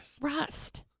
Rust